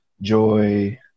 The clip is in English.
joy